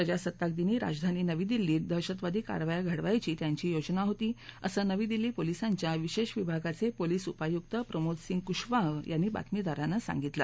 प्रजासत्ताक दिनी राजधानी नवी दिल्ली धिं दहशतवादी कारवाया घडवायची त्यांची योजना होती असं नवी दिल्ली पोलिसांच्या विशेष विभागाचे पोलिस उपायुक्त प्रमोद सिंग कुशवाह यांनी बातमीदारांना सांगितलं